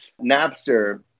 Napster